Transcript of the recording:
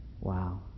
Wow